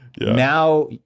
now